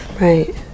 Right